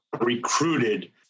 recruited